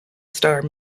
star